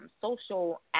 social